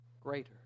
greater